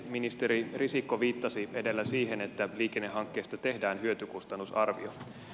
ministeri risikko viittasi edellä siihen että liikennehankkeista tehdään hyötykustannus arvio